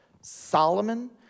Solomon